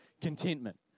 contentment